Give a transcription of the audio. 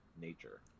nature